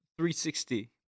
360